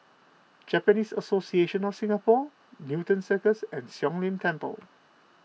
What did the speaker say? Japanese Association of Singapore Newton Circus and Siong Lim Temple